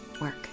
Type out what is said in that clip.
Work